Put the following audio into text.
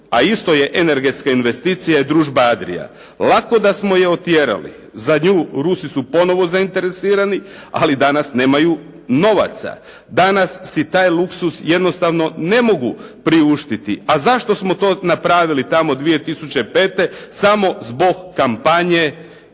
a isto je energetska investicija je Družba "Adrija". Lako da smo je otjerali, za nju Rusi su ponovno zainteresirani, ali danas nemaju novaca. Danas si taj luksuz jednostavno si ne mogu priuštiti. A zašto smo to napravili tamo 2005.? Samo zbog kampanje